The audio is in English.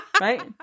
right